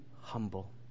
humble